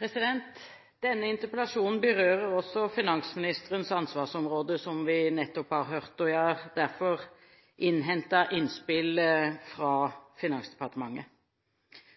oss. Denne interpellasjonen berører også finansministerens ansvarsområde, som vi nettopp har hørt. Jeg har derfor innhentet innspill fra Finansdepartementet.